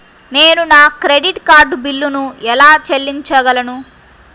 నేను నా credit card బిల్లును ఎలా చెల్లించగలను?